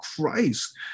Christ